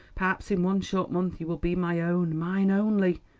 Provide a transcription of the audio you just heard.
perhaps in one short month, you will be my own mine only!